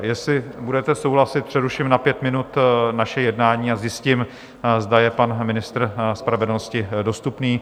Jestli budete souhlasit, přeruším na pět minut naše jednání a zjistím, zda je pan ministr spravedlnosti dostupný.